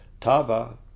Tava